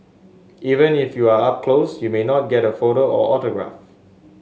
even if you are up close you may not get a photo or autograph